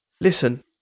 Listen